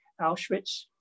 Auschwitz